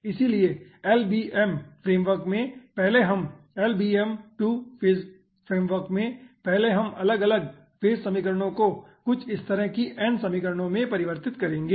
इसलिए LBM framework में पहले हम LBM 2 फेज फ्रेमवर्क में पहले हम अलग अलग फेज समीकरणों को कुछ इस तरह की n समीकरणों में परिवर्तित करेंगे